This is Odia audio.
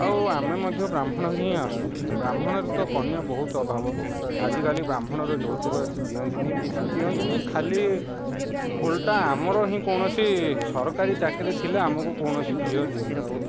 ଆଉ ଆମେ ମଧ୍ୟ ବ୍ରାହ୍ମଣରେ ହିଁ ଆସୁ ବ୍ରାହ୍ମଣରେ ତ କନ୍ୟା ବହୁତ ଅଭାବ ଆଜିକାଲି ବ୍ରାହ୍ମର ଯୌତୁକ ଏତେ ଦିଅନ୍ତିନି କିଛି ଦିଅନ୍ତିନି ଖାଲି ଓଲ୍ଟା ଆମର ହିଁ କୌଣସି ସରକାରୀ ଚାକିରି ଥିଲା ଆମକୁ କୌଣସି ଝିଅ ଦିଅନ୍ତି କିଏ